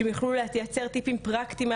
שהם יוכלו לייצר טיפים פרקטיים,